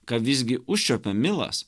ką visgi užčiuopė milas